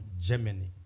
Germany